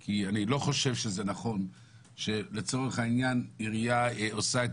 כי אני לא חושב שזה נכון שלצורך העניין עירייה עושה את